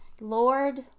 Lord